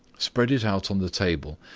spread it out on the table,